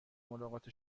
ملاقات